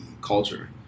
culture